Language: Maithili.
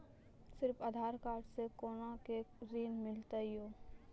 सिर्फ आधार कार्ड से कोना के ऋण मिलते यो?